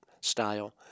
style